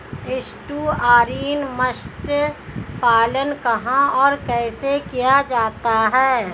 Estuarine मत्स्य पालन कहां और कैसे किया जाता है?